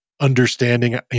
understanding